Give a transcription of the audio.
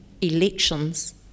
elections